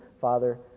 Father